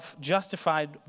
justified